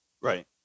right